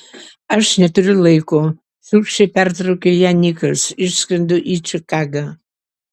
aš neturiu laiko šiurkščiai pertraukė ją nikas išskrendu į čikagą